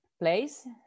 place